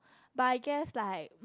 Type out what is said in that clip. but I guess like